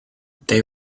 they